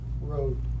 road